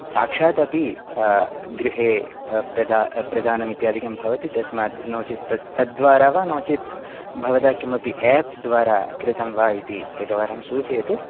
साक्षात् अपि गृहे प्रदा प्रदानम् इत्यादिकं भवति तस्मात् नोचेत् तद् तद्द्वारा वा नोचेत् भवता किमपि एप् द्वारा कृतं वा इति एकवारं सूचयतु